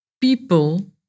people